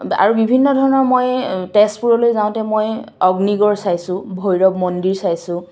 আৰু বিভিন্ন ধৰণৰ মই তেজপুৰলৈ যাওঁতে মই অগ্নিগড় চাইছোঁ ভৈৰৱ মন্দিৰ চাইছোঁ